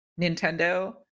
Nintendo